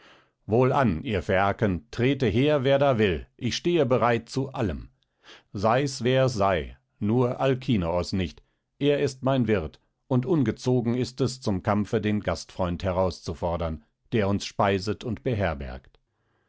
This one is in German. wohlan ihr phäaken trete her wer da will ich stehe bereit zu allem sei's wer es sei nur alkinoos nicht er ist mein wirt und ungezogen ist es zum kampfe den gastfreund herauszufordern der uns speiset und beherbergt